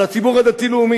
על הציבור הדתי-הלאומי,